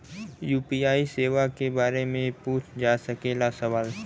UPI सेवा के बारे में पूछ जा सकेला सवाल?